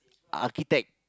architect